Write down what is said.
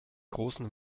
großen